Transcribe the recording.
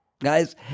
Guys